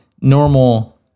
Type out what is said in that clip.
normal